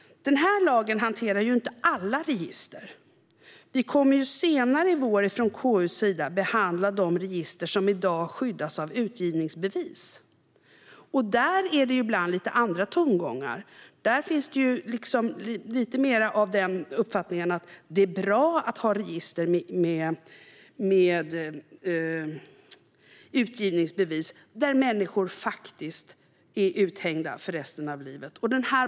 Denna lag hanterar inte alla register. I KU kommer vi senare i vår att behandla de register som i dag skyddas av utgivningsbevis. Där är det ibland lite andra tongångar, och man har mer uppfattningen att det är bra att ha register med utgivningsbevis när människor faktiskt blir uthängda för resten av livet.